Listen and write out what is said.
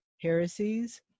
heresies